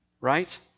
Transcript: Right